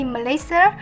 Malaysia